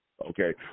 Okay